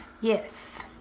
yes